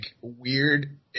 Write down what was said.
weird